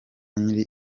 nyiri